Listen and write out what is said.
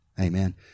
Amen